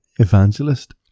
Evangelist